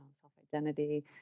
self-identity